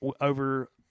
over –